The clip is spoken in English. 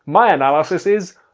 my analysis is.